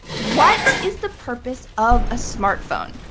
what is the purpose of a smartphone?